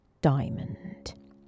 diamond